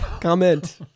Comment